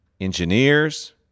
engineers